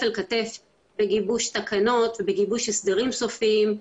אל כתף לגיבוש תקנות ולגיבוש הסדרים סופיים,